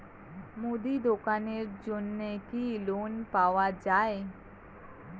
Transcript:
মুদি দোকানের জন্যে কি লোন পাওয়া যাবে?